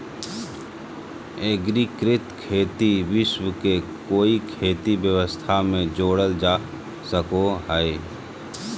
एग्रिकृत खेती विश्व के कोई खेती व्यवस्था में जोड़ल जा सको हइ